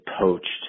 poached